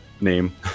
name